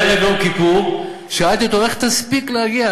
שבערב יום כיפור שאלתי אותו: איך תספיק להגיע?